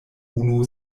unu